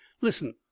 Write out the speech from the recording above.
listen